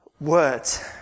words